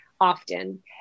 often